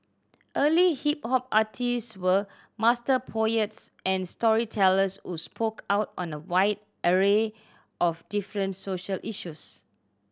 early hip hop artist were master poets and storytellers who spoke out on a wide array of different social issues